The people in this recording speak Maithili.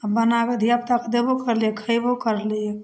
आओर बनाकऽ धिआपुताके देबो करलिए खएबो करलिए